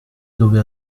dove